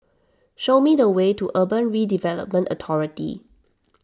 show me the way to Urban Redevelopment Authority